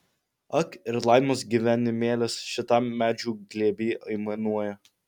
ak ir laimos gyvenimėlis šitam medžių glėby aimanuoja